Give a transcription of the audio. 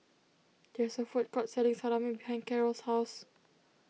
there is a food court selling Salami behind Carrol's house